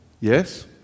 yes